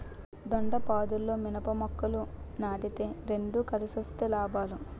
దొండపాదుల్లో మిరప మొక్కలు నాటితే రెండు కలిసొస్తే లాభాలు